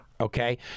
okay